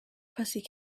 pussy